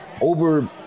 over-